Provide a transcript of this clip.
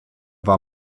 war